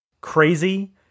crazy